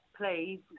please